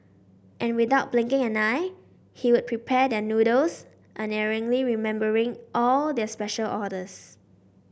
and without blinking an eye he would prepare their noodles unerringly remembering all their special orders